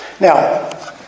Now